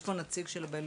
יש פה נציג של הבינלאומי,